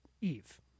Eve